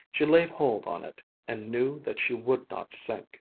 she laid hold on it and knew that she would not sink.